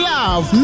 Love